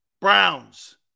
Browns